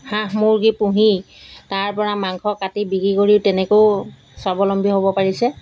হাঁহ মুৰ্গী পুহি তাৰ পৰা মাংস কাটি বিক্ৰী কৰি তেনেকৈও স্বাৱলম্বী হ'ব পাৰিছে